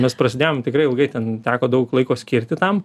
mes prasėdėjom tikrai ilgai ten teko daug laiko skirti tam